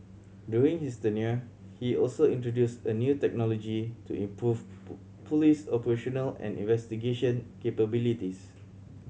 during his tenure he also introduced a new technology to improve police operational and investigation capabilities